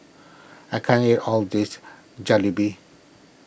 I can't eat all this Jalebi